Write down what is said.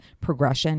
progression